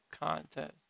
contest